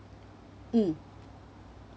mm